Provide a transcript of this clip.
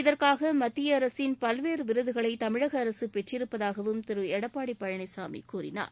இதற்காக மத்திய அரசின் பல்வேறு விருதுகளை தமிழக அரசு பெற்றிருப்பதாகவும் திரு எபப்பாடி பழனிசாமி கூறினார்